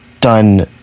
done